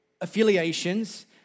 affiliations